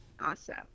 Awesome